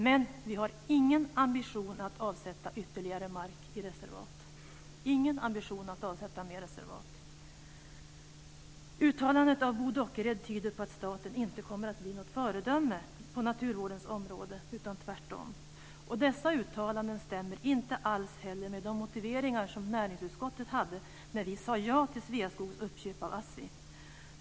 Men vi har ingen ambition att avsätta ytterligare mark i reservat." Man har alltså ingen ambition att avsätta mer mark i reservat. Uttalandet av Bo Dockered tyder på att staten inte kommer att bli något föredöme på naturvårdens område, tvärtom. Dessa uttalanden stämmer heller inte alls med de motiveringar som näringsutskottet hade när vi sade ja till Sveaskogs uppköp av Assi Domän.